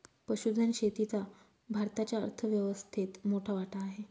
पशुधन शेतीचा भारताच्या अर्थव्यवस्थेत मोठा वाटा आहे